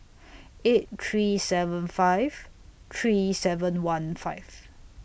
eight three seven five three seven one five